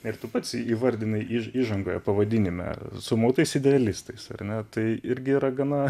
ir tu pats įvardinai į įžangoje pavadinime sumautais idealistais ar ne tai irgi yra gana